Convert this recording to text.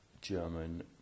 German